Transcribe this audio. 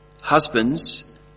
Husbands